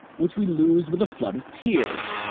which we lose with a flood of tears.